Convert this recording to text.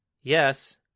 Yes